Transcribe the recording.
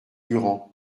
durand